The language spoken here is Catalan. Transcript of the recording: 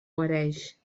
guareix